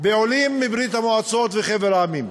בעולים מברית-המועצות ומחבר המדינות.